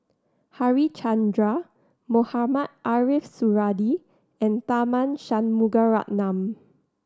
Harichandra Mohamed Ariff Suradi and Tharman Shanmugaratnam